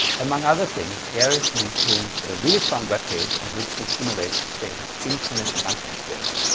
among other things eric maintains a really fun web page on which he simulates the famous infinite monkey theorem.